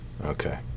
Okay